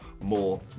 more